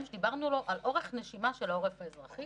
שדיברנו בו על אורך נשימה של העורף האזרחי